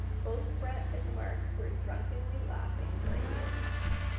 both brad and mark were drunkenly laughing during the attack.